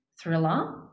thriller